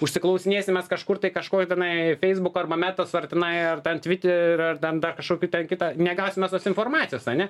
užsiklausinėsim mes kažkur tai kažko tenai feisbuko arba metos ar tenai ar ten tviterio ar ten dar kažkokių ten kita negausim mes tos informacijos ane